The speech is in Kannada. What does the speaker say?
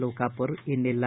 ಲೋಕಾಪುರ ಇನ್ನಿಲ್ಲ